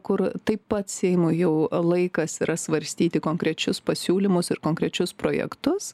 kur taip pat seimui jau laikas yra svarstyti konkrečius pasiūlymus ir konkrečius projektus